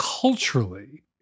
culturally